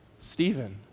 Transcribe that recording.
Stephen